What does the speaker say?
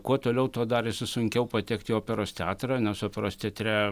kuo toliau tuo darėsi sunkiau patekti į operos teatrą nes operos teatre